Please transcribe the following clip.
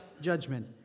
judgment